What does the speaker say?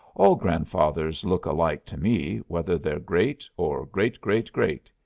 all grandfathers look alike to me, whether they're great, or great-great-great.